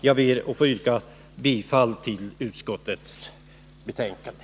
Jag ber att få yrka bifall till utskottets förslag.